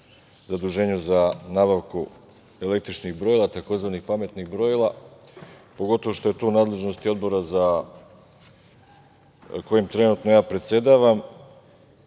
zaduženju za nabavku električnih brojila, takozvanih pametnih brojila, pogotovo što je to u nadležnosti Odbora kojim trenutno ja predsedavam